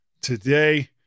today